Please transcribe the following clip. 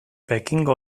pekingo